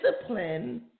discipline